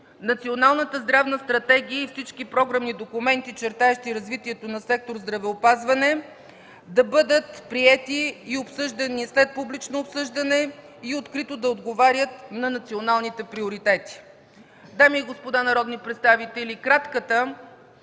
Националната здравна стратегия и всички програмни документи, чертаещи развитието на сектор „Здравеопазване”, да бъдат приети и обсъждани след публично обсъждане и открито да отговарят на националните приоритети. Дами и господа народни представители, кратката